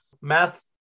math